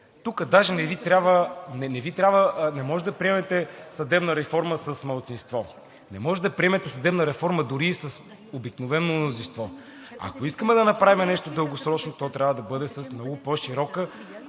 тук даже не Ви трябва и не можете да приемете съдебна реформа с малцинство. Не можете да приемете съдебна реформа дори и с обикновено мнозинство. Ако искаме да направим нещо дългосрочно, то трябва да бъде с много по-широка,